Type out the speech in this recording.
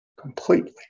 Completely